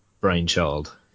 brainchild